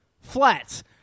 Flats